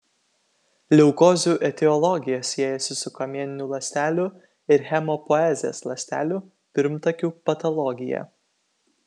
leukozių etiologija siejasi su kamieninių ląstelių ir hemopoezės ląstelių pirmtakių patologija